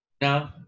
No